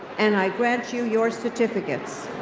and i grant you your certificates.